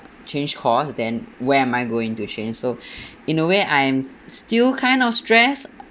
change course then where am I going to change so in a way I'm still kind of stressed